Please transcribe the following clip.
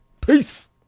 peace